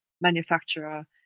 manufacturer